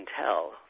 tell